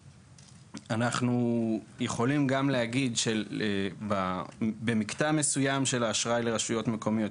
אנחנו יכולים גם להגיד שבמקטע מסוים של האשראי לרשויות המקומיות,